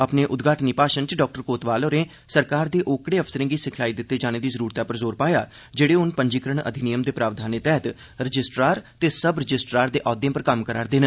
अपने उद्घाटनी भाशण च डाक्टर कोतवाल होरें सरकार दे ओकडत्रे अफसरें गी सिखलाई दित्ते जाने दी लोड़ पर जोर पाया जेड़े हुन पंजीकरण अधिनियम दे प्रावधानें तहत रजिस्टरार ते सब रजिस्ट्रार ते ओह्दें पर कम करा करदे न